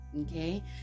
okay